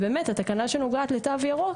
התקנה שנוגעת לתו ירוק,